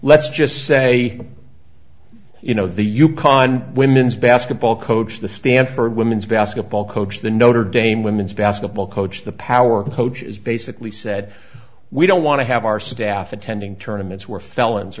let's just say you know the yukon women's basketball coach the stanford women's basketball coach the notre dame women's basketball coach the power coach is basically said we don't want to have our staff attending tournaments where felons